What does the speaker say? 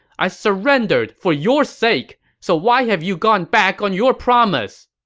i surrendered for your sake so why have you gone back on your promise!